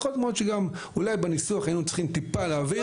יכול להיות מאד שאולי בניסוח היינו צריכים טיפה להבהיר,